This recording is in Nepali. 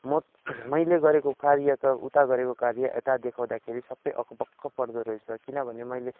म मैले गरेको कार्य त उता गरेको कार्य यता देखाउँदा त सबै अकबक्क पर्दो रहेछ किनभने मैले